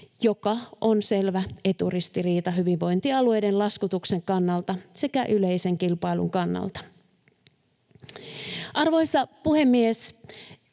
mikä on selvä eturistiriita hyvinvointialueiden laskutuksen kannalta sekä yleisen kilpailun kannalta. Arvoisa puhemies!